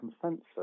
consensus